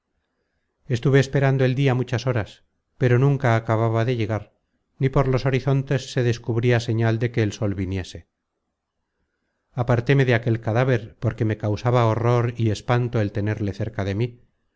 estuve esperando el dia muchas horas pero nunca acababa de llegar ni por los horizontes se descubria señal de que el sol viniese apartéme de aquel cadáver porque me causaba horror y espanto el tenerle cerca de mí